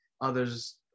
others